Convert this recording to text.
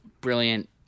brilliant